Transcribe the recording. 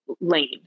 lane